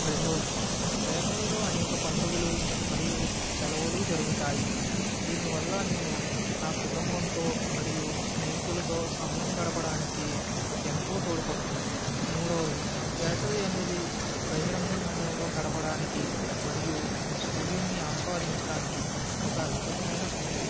రెండవది వేసవిలో అనేక పండుగలు మరియు సెలవులు జరుగుతాయి దీనివల్ల నేను నా కుటుంబంతో మరియు స్నేహితులతో సమయం గడపడానికి ఎంతో తోడ్పడుతుంది మూడవది వేసవి అనేది బహిరంగ సమయంలో గడపడానికి మరియు సూర్యున్ని ఆస్వాదించడానికి ఒక అద్భుతమైన సమయం